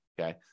okay